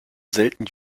selten